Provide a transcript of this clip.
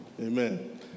Amen